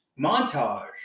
montage